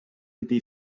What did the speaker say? été